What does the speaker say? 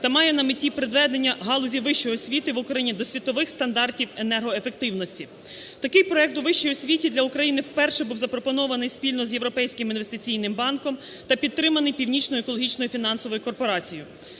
та має на меті приведення галузі вищої освіти в Україні до світових стандартів енергоефективності. Такий проект у вищій освіті для України вперше був запропонований спільно з Європейським інвестиційним банком та підтриманий Північною екологічною фінансовою корпорацією.